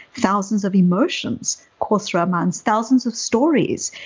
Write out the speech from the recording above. thousands of emotions course through our minds, thousands of stories.